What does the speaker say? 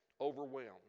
overwhelmed